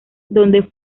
donde